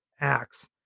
acts